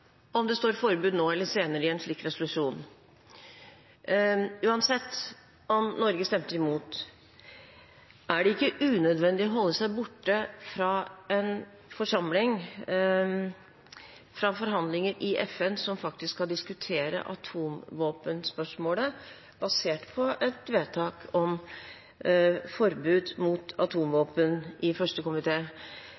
om det står forbud nå eller senere i en slik resolusjon, uansett om Norge stemte imot, er det ikke unødvendig å holde seg borte fra en forsamling, fra forhandlinger i FN som faktisk skal diskutere atomvåpenspørsmålet basert på et vedtak om forbud mot